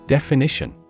Definition